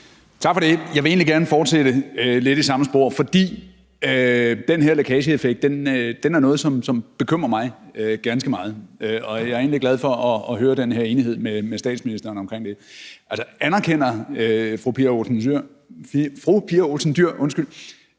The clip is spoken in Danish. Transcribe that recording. Tak for det. Jeg vil egentlig gerne fortsætte lidt i samme spor, fordi den her lækageeffekt er noget, som bekymrer mig ganske meget, og jeg er egentlig glad for at høre den her enighed med statsministeren omkring det. Anerkender fru Pia Olsen Dyhr, at